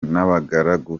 n’abagaragu